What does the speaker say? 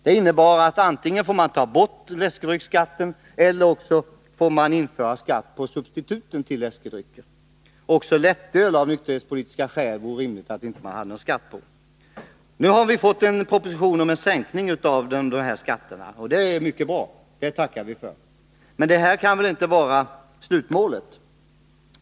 Det innebär att man antingen får ta bort läskedrycksskatten eller också införa skatt på substituten för läskedrycker — av nykterhetspolitiska skäl vore det rimligt att inte heller ha någon skatt på lättöl. Nu har det lagts fram en proposition om sänkning av dessa skatter. Det är mycket bra, och det tackar vi för. Men detta kan väl inte vara slutmålet?